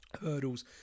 hurdles